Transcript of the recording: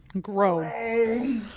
Grow